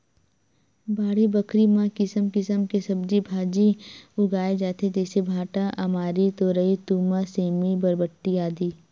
बाड़ी बखरी म किसम किसम के सब्जी भांजी उगाय जाथे जइसे भांटा, अमारी, तोरई, तुमा, सेमी, बरबट्टी, आदि